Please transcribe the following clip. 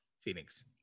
Phoenix